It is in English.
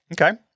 Okay